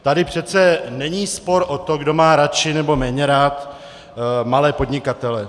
Tady přece není spor o to, kdo má radši nebo méně rád malé podnikatele.